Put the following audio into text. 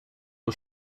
och